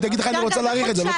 היא תגיד לך אני רוצה להאריך את זה,